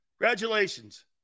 Congratulations